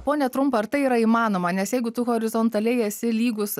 pone trumpa ar tai yra įmanoma nes jeigu tu horizontaliai esi lygus